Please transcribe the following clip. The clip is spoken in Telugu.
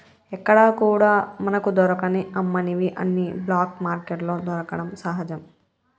ఎక్కడా కూడా మనకు దొరకని అమ్మనివి అన్ని బ్లాక్ మార్కెట్లో దొరకడం సహజం